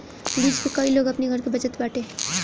lease पे कई लोग अपनी घर के बचत बाटे